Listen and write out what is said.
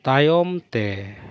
ᱛᱟᱭᱚᱢ ᱛᱮ